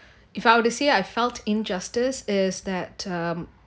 if I'll to say I felt injustice is that um